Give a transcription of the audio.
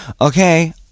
Okay